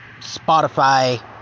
Spotify